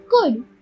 good